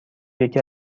یکی